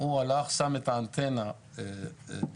הוא הלך, שם את האנטנה ביישוב.